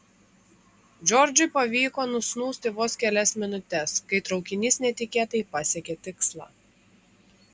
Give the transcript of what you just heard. džordžui pavyko nusnūsti vos kelias minutes kai traukinys netikėtai pasiekė tikslą